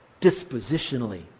dispositionally